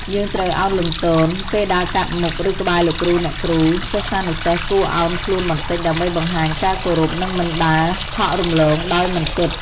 យើងត្រូវឱនលំទោន ពេលដើរកាត់មុខ ឬក្បែរលោកគ្រូ អ្នកគ្រូ សិស្សានុសិស្សគួរឱនខ្លួនបន្តិច ដើម្បីបង្ហាញការគោរព និងមិនដើរហក់រំលងដោយមិនគិត។